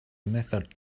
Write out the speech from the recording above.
method